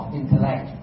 intellect